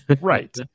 Right